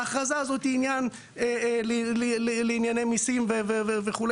ההכרזה הזאת היא עניין לענייני מיסים וכולה,